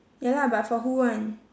ya lah but for who [one]